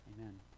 Amen